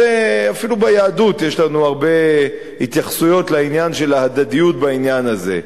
אפילו ביהדות יש לנו הרבה התייחסויות להדדיות בעניין הזה.